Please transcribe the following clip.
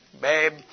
babe